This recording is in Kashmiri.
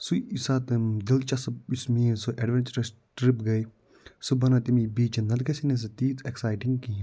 سُے یُس ساتہٕ تٔمۍ دِلچَسَپ یُس میٲنۍ سُہ اٮ۪ڈوَنٛچَر ٹرٛپ گٔے سُہ بنٲو تٔمی بیٖچَن نَتہٕ گژھِ ہے نہٕ سٔہ تیٖژ اٮ۪کسایٹِنٛگ کِہیٖنۍ